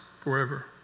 forever